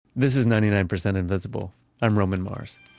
this is ninety nine percent invisible i'm roman mars